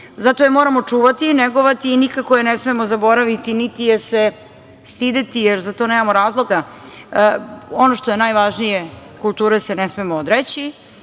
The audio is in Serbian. Zato je moramo čuvati, negovati i nikako je ne smemo zaboraviti, niti je se stideti, jer za to nemamo razloga. Ono što je najvažnije, kulture se ne smemo odreći,